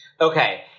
Okay